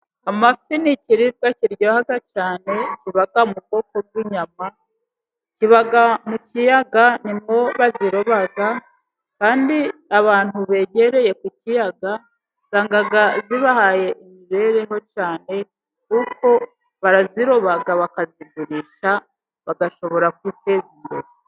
Amafi ni ikiribwa kiryoha cyane, kiba mu bwoko bw'inyama, kiba mu kiyaga ni mwo baziroba, kandi abantu begereye ku kiyaga usanga zibahaye imibereho cyane, kuko baraziroba bakazigurisha, bagashobora kwiteza imbere.